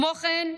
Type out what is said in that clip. כמו כן,